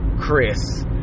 Chris